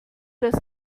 das